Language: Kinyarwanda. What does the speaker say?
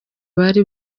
bari